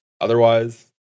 otherwise